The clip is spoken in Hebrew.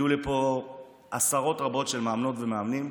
יגיעו לפה עשרות רבות של מאמנות ומאמנים,